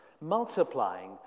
multiplying